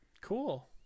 Cool